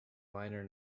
liner